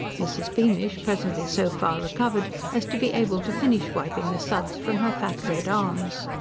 mrs. beamish presently so far recovered as to be able to finish wiping the suds from her fat red arms.